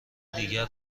دیگر